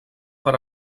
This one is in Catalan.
per